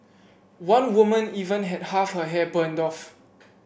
one woman even had half her hair burned off